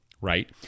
right